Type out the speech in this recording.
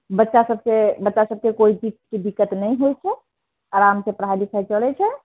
बच्चा सबके बच्चा सबके कोइ चीजके दिकत नहि होइत छै आराम से पढ़ाइ लिखाइ चलैत छै